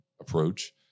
Approach